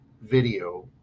video